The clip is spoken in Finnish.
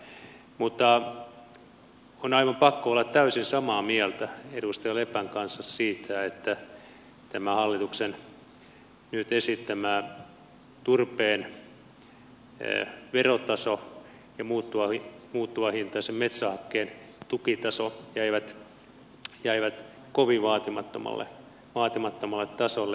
mutta on aivan pakko olla täysin samaa mieltä edustaja lepän kanssa siitä että tämä hallituksen nyt esittämä turpeen verotaso ja muuttuvahintaisen metsähakkeen tukitaso jäivät kovin vaatimattomalle tasolle